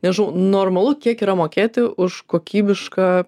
nežinau normalu kiek yra mokėti už kokybišką